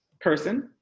person